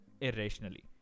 irrationally